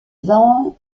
vin